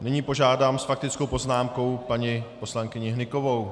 Nyní požádám s faktickou poznámkou paní poslankyni Hnykovou.